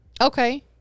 Okay